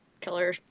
killer